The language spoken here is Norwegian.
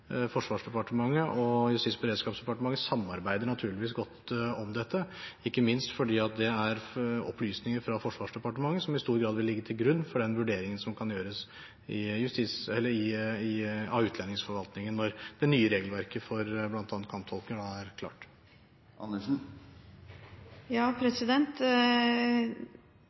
Forsvarsdepartementet og Justis- og beredskapsdepartementet samarbeider naturligvis godt om dette, ikke minst fordi det er opplysninger fra Forsvarsdepartementet som i stor grad vil ligge til grunn for den vurderingen som kan gjøres av utlendingsforvaltningen når det nye regelverket for bl.a. kamptolker er klart.